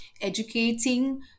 educating